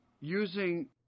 using